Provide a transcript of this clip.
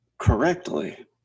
correctly